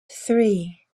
three